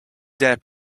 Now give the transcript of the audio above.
dare